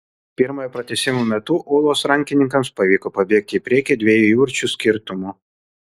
pirmojo pratęsimo metu ūlos rankininkams pavyko pabėgti į priekį dviejų įvarčių skirtumu